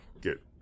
get